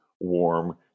warm